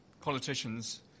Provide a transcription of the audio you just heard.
politicians